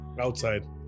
Outside